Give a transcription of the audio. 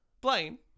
Blaine